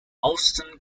austen